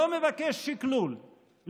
אני לא מבקש שקלול,